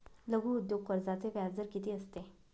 लघु उद्योग कर्जाचे व्याजदर किती असते?